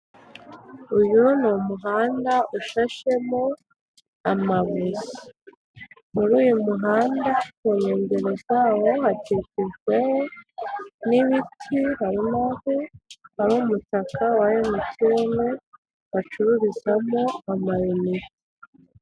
Uyu ni umuhanda ushashemo amabuye. Rero uyu muhanda ku nyengero zawo hakikijwe n'ibiti harinaho hari umutaka wa Mtn bacururizamo amayinite.